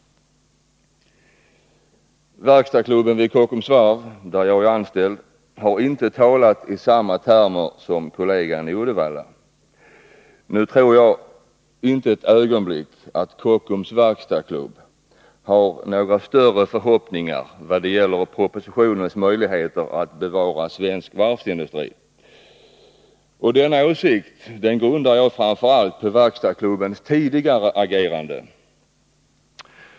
Verkstadsklubben vid Kockums varv — där jag är anställd — har inte talat i samma termer som Uddevallaklubben. Nu tror jag inte ett ögonblick att verkstadsklubben vid Kockums har någon större tilltro till propositionens förslag att ge svensk varvsindustri möjligheter att överleva. Denna min åsikt grundar jag framför allt på verkstadsklubbens tidigare agerande.